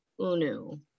unu